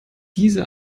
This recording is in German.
diese